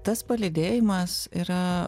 tas palydėjimas yra